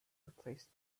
replaced